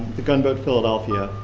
the gunboat philadelphia.